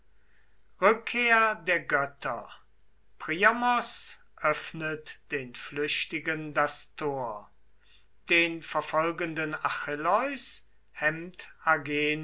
rückkehr der götter priamos öffnet den flüchtigen das tor den verfolgenden achilleus